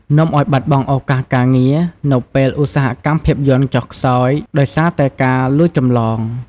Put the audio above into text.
នាំឲ្យបាត់បង់ឱកាសការងារ នៅពេលឧស្សាហកម្មភាពយន្តចុះខ្សោយដោយសារតែការលួចចម្លង ។